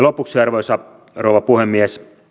lopuksi arvoisa rouva puhemies